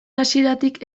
hasieratik